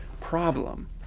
problem